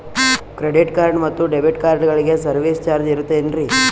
Credit card ಮತ್ತು debit ಕಾರ್ಡಗಳಿಗೆ service charge ಇರುತೇನ್ರಿ?